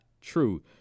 true